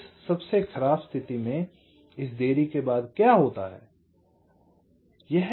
तो इस सबसे खराब स्थिति में इस देरी के बाद क्या होता है